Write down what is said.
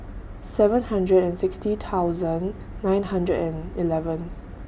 seven hundred and sixty thousand nine hundred and eleven